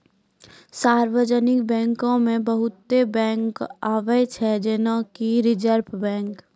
सार्वजानिक बैंको मे बहुते बैंक आबै छै जेना कि रिजर्व बैंक